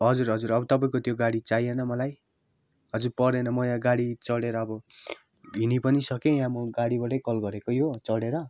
हजुर हजुर अब तपाईँको त्यो गाडी चाहिएन मलाई हजुर परेन म यहाँ गाडी चढेर अब हिँडी पनि सकेँ यहाँ म गाडीबाटै कल गरेको यो चढेर